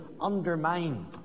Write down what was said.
undermine